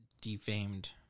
Defamed